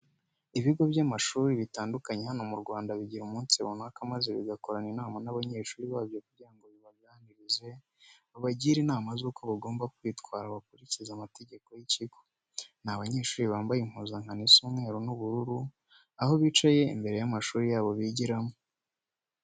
Ibigo by'amashuri bitandukanye hano mu Rwanda bijya bigira umunsi runaka maze bagakorana inama n'abanyeshuri babyo kugira ngo bibaganirize, babagire inama z'uko bagomba kwitwara bakurikiza amategeko y'ikigo. Ni abanyeshuri bambaye impuzankano isa umweru n'ubururu, aho bicaye imbere y'amashuri yabo bigiramo.